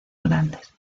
grandes